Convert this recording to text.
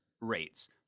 rates